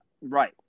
Right